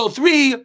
three